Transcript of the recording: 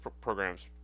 programs